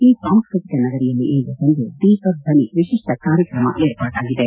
ಈ ಸಾಂಸ್ಕೃತಿಕ ನಗರಿಯಲ್ಲಿ ಇಂದು ಸಂಜೆ ದೀಪ ಧ್ವನಿ ವಿಶಿಷ್ಟ ಕಾರ್ಯಕ್ರಮ ವಿರ್ಪಾಡಾಗಿದೆ